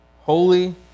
holy